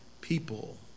people